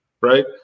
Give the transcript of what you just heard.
right